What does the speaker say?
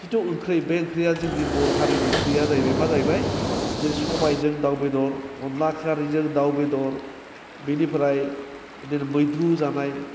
जिथु ओंख्रै बे ओंख्रैया जोंनि बर' हारिनि ओंख्रैया जाहैबाय मा जाहैबायजे सबायजों दाउ बेदर अनदला खारैजों दाउ बेदर बेनिफ्राय जेरै मैद्रु जानाय